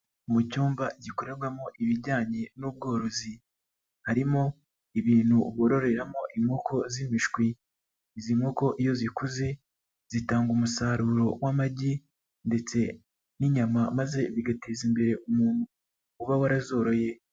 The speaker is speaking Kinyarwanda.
Mu cyumba gikorerwamo ibijyanye n'ubworozi, harimo ibintu bororeramo inkoko z'imishwi, izi nkoko iyo zikuze zitanga umusaruro w'amagi ndetse n'inyama maze bigateza imbere umuntu uba warazoroye.